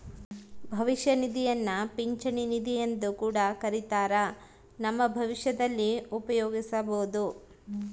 ಭವಿಷ್ಯ ನಿಧಿಯನ್ನ ಪಿಂಚಣಿ ನಿಧಿಯೆಂದು ಕೂಡ ಕರಿತ್ತಾರ, ನಮ್ಮ ಭವಿಷ್ಯದಲ್ಲಿ ಉಪಯೋಗಿಸಬೊದು